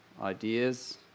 ideas